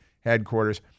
headquarters